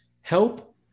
help